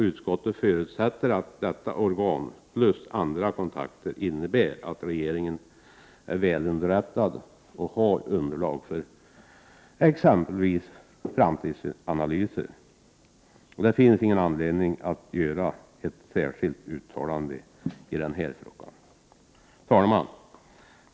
Utskottet förutsätter att detta organ tillsammans med andra kontakter innebär att regeringen är välunderrättad och har underlag för exempelvis framtida analyser. Det finns ingen anledning att göra ett särskilt uttalande i den här frågan. Herr talman!